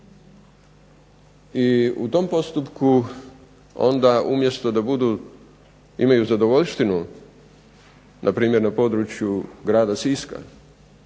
I u tom postupku onda umjesto da budu, imaju zadovoljštinu na primjer na području grada Siska